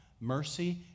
Mercy